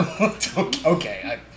okay